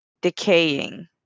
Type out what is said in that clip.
decaying